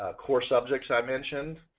ah core subjects, i mentioned.